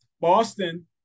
Boston